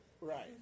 Right